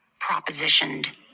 propositioned